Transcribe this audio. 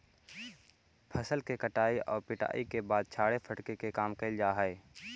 फसल के कटाई आउ पिटाई के बाद छाड़े फटके के काम कैल जा हइ